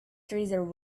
treasure